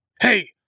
Hey